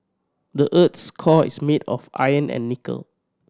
the earth's core is made of iron and nickel